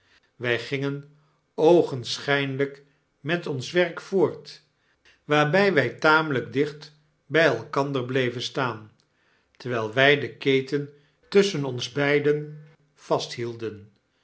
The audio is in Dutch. wij gingen oogenschynlijk met ons werk voort waarby wij tameliik dicht bij elkander bleven staan terwijl wij de keten tusschen ons beiden vasthielden